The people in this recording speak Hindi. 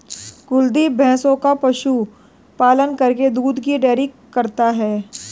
कुलदीप भैंसों का पशु पालन करके दूध की डेयरी करता है